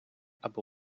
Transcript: або